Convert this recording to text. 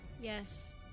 Yes